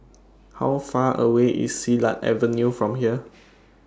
How Far away IS Silat Avenue from here